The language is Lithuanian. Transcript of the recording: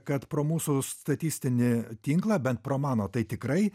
kad pro mūsų statistinį tinklą bent pro mano tai tikrai